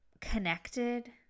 connected